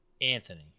Anthony